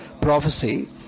prophecy